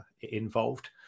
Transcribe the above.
involved